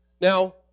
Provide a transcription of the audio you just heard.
now